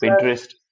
Pinterest